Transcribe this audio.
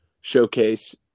Showcase